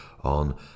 on